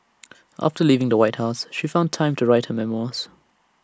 after leaving the white house she found time to write her memoirs